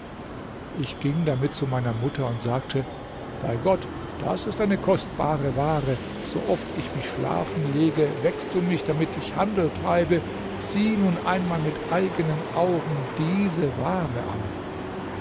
ich ging damit zu meiner mutter und sagte bei gott das ist eine kostbare ware sooft ich mich schlafen lege weckst du mich damit ich handel treibe sieh nun einmal mit eigenen augen diese ware an